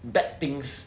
bad things